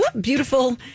beautiful